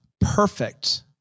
perfect